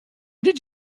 did